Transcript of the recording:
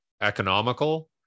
economical